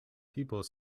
people